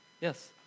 Yes